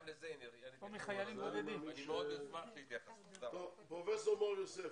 גם לזה אני מאוד אשמח להתייחסות פרופ' מור יוסף,